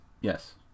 Yes